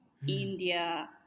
India